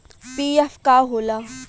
PF का होला?